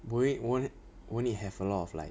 will it won't it won't it have a lot of like